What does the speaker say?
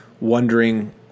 wondering